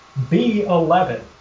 B11